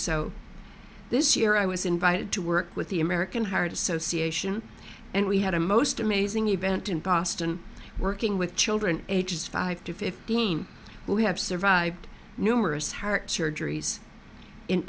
so this year i was invited to work with the american heart association and we had a most amazing event in boston working with children ages five to fifteen who have survived numerous heart surgeries in